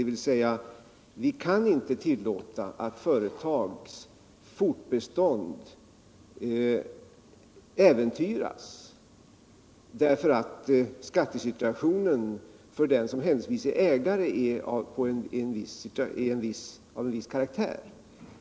Vi kan inte tillåta att företagens fortbestånd äventyras på grund av skattesituationen för den som händelsevis äger ett företag av viss karaktär.